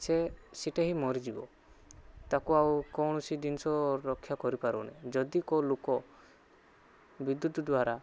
ସେ ସେଇଟା ହିଁ ମରିଯିବ ତାକୁ ଆଉ କୌଣସି ଜିନିଷ ରକ୍ଷା କରିପାରୁନି ଯଦି କେଉଁ ଲୁକ୍ ବିଦ୍ୟୁତ୍ ଦ୍ଵାରା